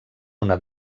una